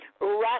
right